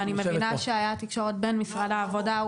ואני מבינה שהייתה תקשורת בין משרד העבודה.